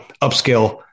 upscale